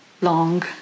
long